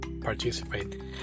participate